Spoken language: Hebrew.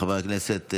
חברי הכנסת,